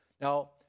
Now